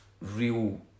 real